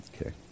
Okay